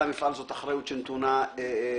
זו אחריות שנתונה לפתחו.